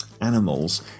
animals